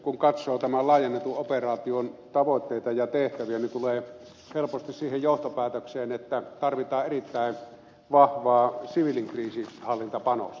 kun katsoo tämän laajennetun operaation tavoitteita ja tehtäviä niin tulee helposti siihen johtopäätökseen että tarvitaan erittäin vahvaa siviilikriisinhallintapanosta